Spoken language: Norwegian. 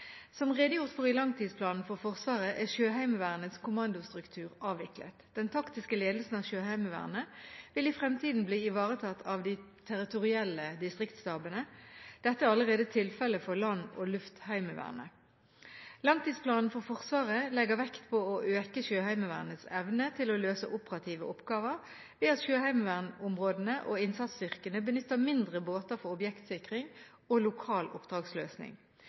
Som redegjort for i langtidsplanen for Forsvaret, er Sjøheimevernets kommandostruktur avviklet. Den taktiske ledelsen av Sjøheimevernet vil i fremtiden bli ivaretatt av de territorielle distriktsstabene. Dette er allerede tilfellet for Land- og Luftheimevernet. Langtidsplanen for Forsvaret legger vekt på å øke Sjøheimevernets evne til å løse operative oppgaver ved at sjøheimevernsområdene og innsatsstyrkene benytter mindre båter for objektsikring og lokal oppdragsløsning.